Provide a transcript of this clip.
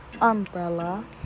umbrella